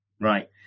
right